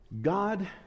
God